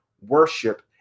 worship